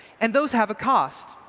and those have a cost.